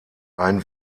ein